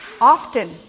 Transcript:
Often